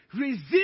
Resist